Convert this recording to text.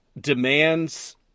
demands